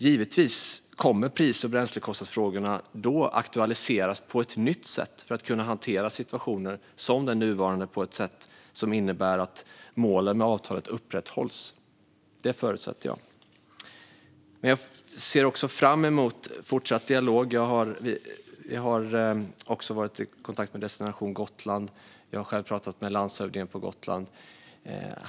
Givetvis kommer pris och bränslekostnadsfrågorna då att aktualiseras för att kunna hantera situationer som den nuvarande på ett sätt som innebär att målen med avtalet upprätthålls. Det förutsätter jag. Jag har varit i kontakt med Destination Gotland, och jag har själv pratat med landshövdingen på Gotland.